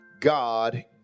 god